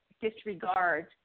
disregard